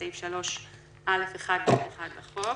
הודעה לאדם המבקש בסעיף 3א1(ב)(1) לחוק.